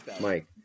Mike